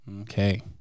okay